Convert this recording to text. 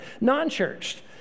non-churched